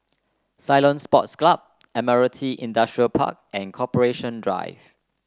Ceylon Sports Club Admiralty Industrial Park and Corporation Drive